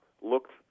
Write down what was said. looked